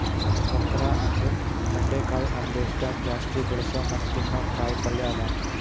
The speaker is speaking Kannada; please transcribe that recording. ಒಕ್ರಾ ಅಂದುರ್ ಬೆಂಡಿಕಾಯಿ ನಮ್ ದೇಶದಾಗ್ ಜಾಸ್ತಿ ಬೆಳಸೋ ಮತ್ತ ತಿನ್ನೋ ಕಾಯಿ ಪಲ್ಯ ಅದಾ